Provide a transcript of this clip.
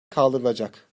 kaldırılacak